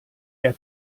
der